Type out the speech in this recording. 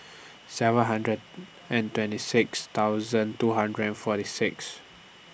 seven hundred and twenty six thousand two hundred and forty six